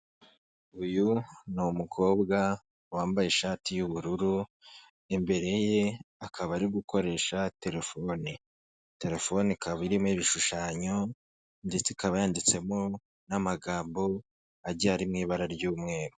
Uyu ni umukobwa wambaye ishati y'ubururu, imbere ye akaba ari gukoresha telefone, telefone ikaba irimo ibishushanyo ndetse ikaba yanditsemo n'amagambo agiye ari mu ibara ry'umweru.